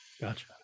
gotcha